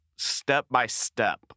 step-by-step